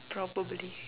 probably